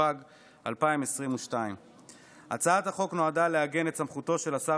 התשפ"ג 2022. הצעת החוק נועדה לעגן את סמכותו של השר